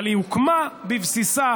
אבל היא הוקמה בבסיסה